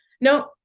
No